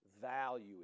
value